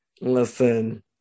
listen